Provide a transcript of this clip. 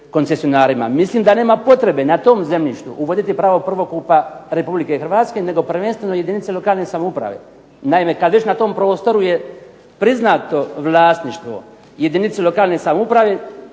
koncesionarima. Mislim da nema potrebe na tom zemljištu uvoditi pravo prvokupa Republike Hrvatske, nego prvenstveno jedinice lokalne samouprave. Naime, kad već na tom prostoru je priznato vlasništvo jedinice lokalne samouprave